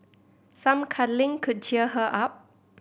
some cuddling could cheer her up